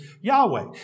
Yahweh